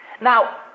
now